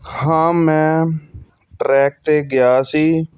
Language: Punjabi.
ਹਾਂ ਮੈਂ ਟਰੈਕ 'ਤੇ ਗਿਆ ਸੀ